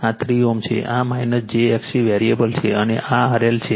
આ 3 Ω છે આ j XC વેરીએબલ છે અને આ RL છે